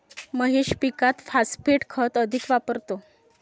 महेश पीकात फॉस्फेट खत अधिक वापरतो